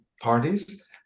parties